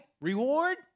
reward